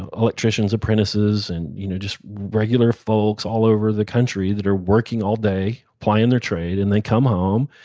ah electricians apprentices and you know just regular folks all over the country that are working all day, applying their trade, and then come home,